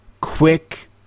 quick